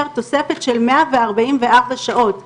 תוספת של מאה וארבעים וארבע שעות לאדם,